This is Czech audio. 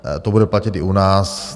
To bude platit i u nás.